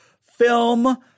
film